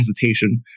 hesitation